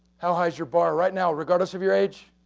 how high is your bar right now, regardless of your age?